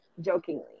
jokingly